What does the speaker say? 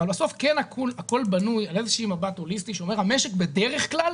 אבל בסוף הכול בנוי על איזה שהוא מבט הוליסטי שאומר שהמשק בדרך כלל